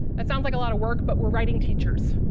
it sounds like a lot of work but we're writing teachers